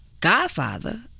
godfather